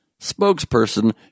spokesperson